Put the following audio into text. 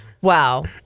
Wow